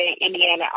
Indiana